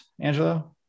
Angelo